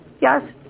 Yes